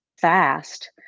fast